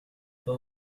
but